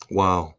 wow